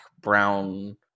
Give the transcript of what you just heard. brown